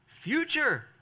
future